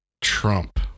Trump